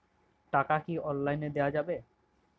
টাকা কি অনলাইনে দেওয়া যাবে?